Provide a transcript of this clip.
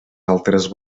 altres